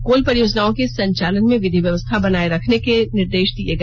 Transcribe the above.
कोल परियोजनाओं के संचालन में विधि व्यवस्था बनाए रखने का निर्देश दिया गया